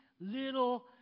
little